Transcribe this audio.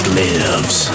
lives